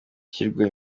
ashyirwa